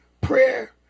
prayer